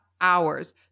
hours